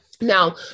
Now